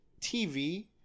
TV